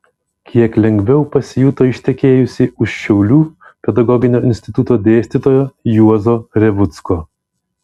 kiek lengviau pasijuto ištekėjusi už šiaulių pedagoginio instituto dėstytojo juozo revucko